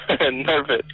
nervous